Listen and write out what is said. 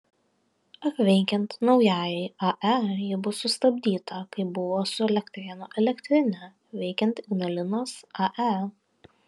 ar veikiant naujajai ae ji bus sustabdyta kaip buvo su elektrėnų elektrine veikiant ignalinos ae